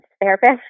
therapist